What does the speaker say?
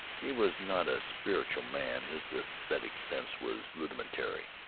he was not a spiritual man his aesthetic sense was rudimentary.